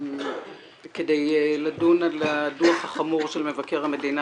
כדי לדון על הדוח החמור של מבקר המדינה